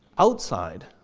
outside,